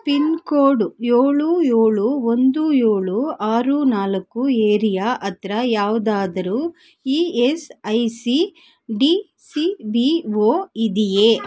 pin code ಏಳು ಏಳು ಒಂದು ಏಳು ಆರು ನಾಲ್ಕು ಏರಿಯಾ ಹತ್ರ ಯಾವ್ದಾದ್ರೂ E S I C D C B O ಇದೆಯೇ